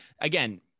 again